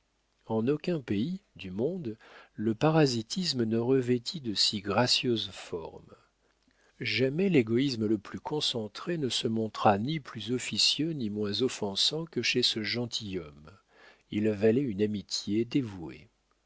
en aucun pays du monde le parasitisme ne revêtit de si gracieuses formes jamais l'égoïsme le plus concentré ne se montra ni plus officieux ni moins offensant que chez ce gentilhomme il valait une amitié dévouée